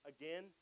again